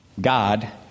God